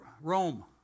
Rome